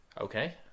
Okay